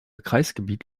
kreisgebiet